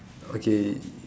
okay